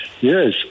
Yes